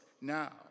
now